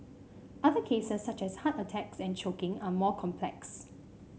other cases such as heart attacks and choking are more complex